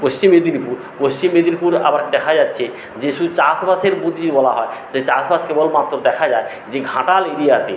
পশ্চিম মেদিনীপুর পশ্চিম মেদিনীপুরে আবার দেখা যাচ্ছে যে শুধু চাষবাসের বুদ্ধি যদি বলা হয় যে চাষবাস কেবলমাত্র দেখা যায় যে ঘাটাল এরিয়াতে